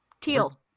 teal